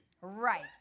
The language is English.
Right